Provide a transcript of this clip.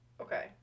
Okay